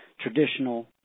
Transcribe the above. traditional